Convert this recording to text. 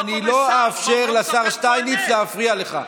ואני לא אאפשר לשר שטייניץ להפריע לך,